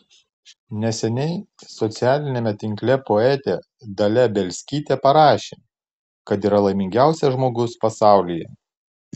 neseniai socialiniame tinkle poetė dalia bielskytė parašė kad yra laimingiausias žmogus pasaulyje